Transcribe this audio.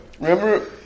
Remember